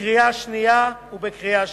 בקריאה שנייה ובקריאה שלישית.